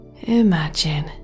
Imagine